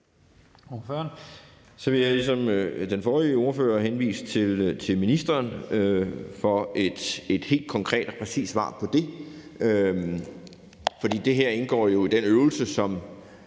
Så vil jeg ligesom den forrige ordfører henvise til ministeren for et helt konkret og præcist svar på det. For det her indgår jo i den øvelse, som